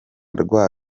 rwa